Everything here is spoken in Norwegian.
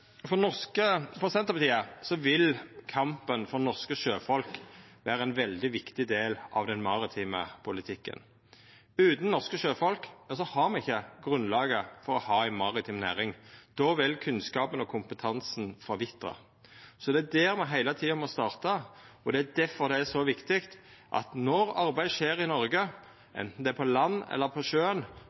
For Senterpartiet vil kampen for norske sjøfolk vera ein veldig viktig del av den maritime politikken. Utan norske sjøfolk har me ikkje grunnlaget for å ha ei maritim næring. Då vil kunnskapen og kompetansen forvitra. Det er der me heile tida må starta, og det er difor det er så viktig at når arbeid skjer i Noreg, anten det er på land eller på sjøen,